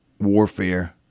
warfare